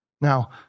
Now